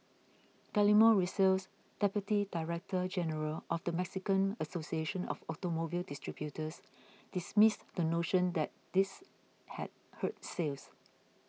Guillermo Rosales Deputy Director General of the Mexican Association of Automobile Distributors dismissed the notion that this had hurt sales